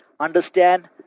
understand